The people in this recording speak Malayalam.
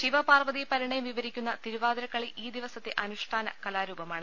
ശിവ പാർവതീ പരിണയം വിവരിക്കുന്ന തിരുവാതിരക്കളി ഈ ദിവസത്തെ അനുഷ്ഠാന കലാരൂപമാണ്